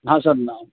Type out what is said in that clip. ہاں سر نام